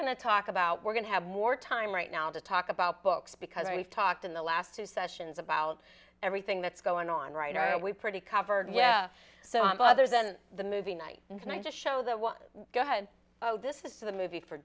to talk about we're going to have more time right now to talk about books because we've talked in the last two sessions about everything that's going on right are we pretty covered yeah so on brothers and the movie night and i just show the go ahead oh this is for the movie for